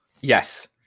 Yes